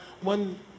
One